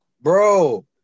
Bro